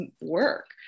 work